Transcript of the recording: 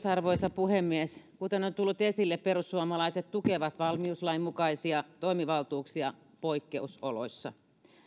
arvoisa puhemies kuten on tullut esille perussuomalaiset tukevat valmiuslain mukaisia toimivaltuuksia poikkeusoloissa